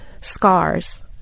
scars